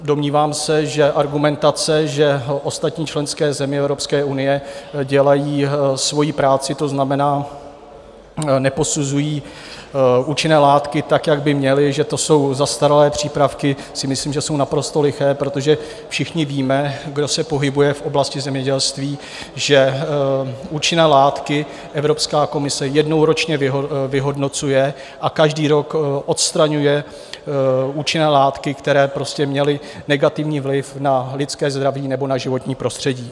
Domnívám se, že argumentace, že ostatní členské země Evropské unie dělají svoji práci, to znamená, neposuzují účinné látky tak, jak by měly, že to jsou zastaralé přípravky, si myslím, že jsou naprosto liché, protože všichni víme, kdo se pohybuje v oblasti zemědělství, že účinné látky Evropská komise jednou ročně vyhodnocuje a každý rok odstraňuje účinné látky, které měly negativní vliv na lidské zdraví nebo na životní prostředí.